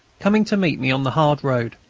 coming to meet me on the hard road.